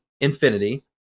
infinity